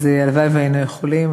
אז הלוואי שהיינו יכולים.